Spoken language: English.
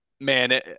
man